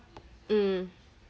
mm